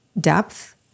depth